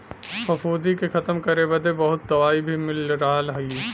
फफूंदी के खतम करे बदे बहुत दवाई भी मिल रहल हई